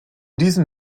diesem